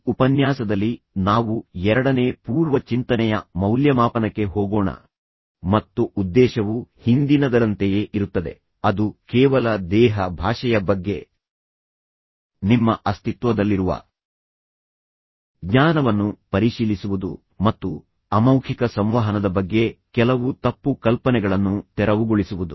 ಈ ಉಪನ್ಯಾಸದಲ್ಲಿ ನಾವು ಎರಡನೇ ಪೂರ್ವ ಚಿಂತನೆಯ ಮೌಲ್ಯಮಾಪನಕ್ಕೆ ಹೋಗೋಣ ಮತ್ತು ಉದ್ದೇಶವು ಹಿಂದಿನದರಂತೆಯೇ ಇರುತ್ತದೆ ಅದು ಕೇವಲ ದೇಹ ಭಾಷೆಯ ಬಗ್ಗೆ ನಿಮ್ಮ ಅಸ್ತಿತ್ವದಲ್ಲಿರುವ ಜ್ಞಾನವನ್ನು ಪರಿಶೀಲಿಸುವುದು ಮತ್ತು ಅಮೌಖಿಕ ಸಂವಹನದ ಬಗ್ಗೆ ಕೆಲವು ತಪ್ಪು ಕಲ್ಪನೆಗಳನ್ನು ತೆರವುಗೊಳಿಸುವುದು